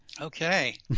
Okay